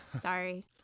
Sorry